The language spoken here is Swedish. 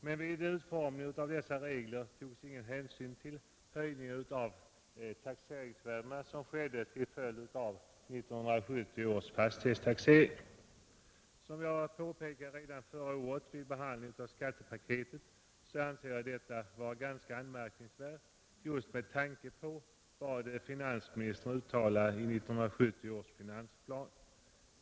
Men vid utformningen av dessa regler togs ingen hänsyn till den höjning av taxeringsvärdena som skedde till följd av 1970 års fastighetstaxering. Som jag påpekade redan förra året vid behandlingen av skattepaketet, anser jag detta vara ganska anmärkningsvärt, med tanke på vad finansministern uttalade i 1970 års finansplan.